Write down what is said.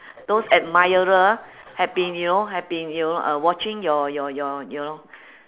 those admirer have been you know have been you know uh watching your your your your